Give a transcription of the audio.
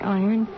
iron